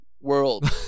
world